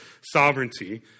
sovereignty